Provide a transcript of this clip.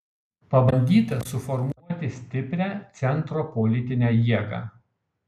pabandyta suformuoti stiprią centro politinę jėgą